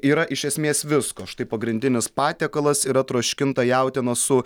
yra iš esmės visko štai pagrindinis patiekalas yra troškinta jautiena su